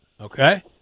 Okay